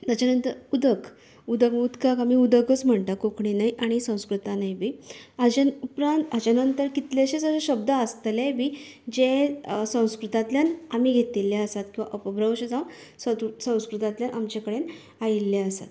ताच्या नंतर उदक उदक उदकाक आमी उदकच म्हणटात कोंकणीनय आनी संस्कृतानय बी हाज्या उपरांत हाजे नंतर कितलेशेच अशे शब्द आसतलेय बी जे संस्कृतातल्यान आमी घेतिल्लें आसा किंवां अपभ्रंवश जावन संक्रृ संस्कृतांतल्यान आमचे कडेन आयिल्ले आसात